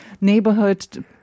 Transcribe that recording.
neighborhood